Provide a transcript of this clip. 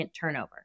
turnover